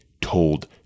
told